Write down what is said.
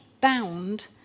bound